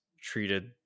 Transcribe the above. treated